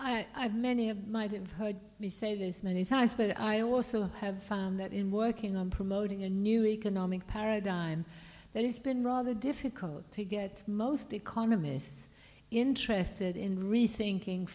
have many of might have heard me say this many times but i also have found that in working on promoting a new economic paradigm that it's been rather difficult to get most economists interested in rethinking